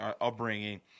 upbringing